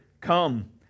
Come